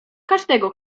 każdego